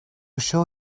show